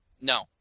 No